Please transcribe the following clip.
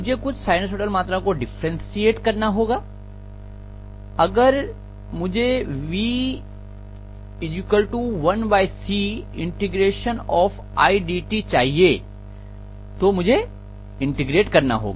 मुझे कुछ साइनसोइडल मात्राओं को डिफ्रेंसिअशन करना होगा अगर मुझे v 1Ci dt चाहिए तो मुझे इंटीग्रेट करना होगा